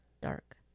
dark